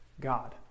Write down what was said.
God